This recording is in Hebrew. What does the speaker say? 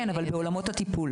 כן, אבל בנוגע לטיפול.